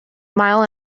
mile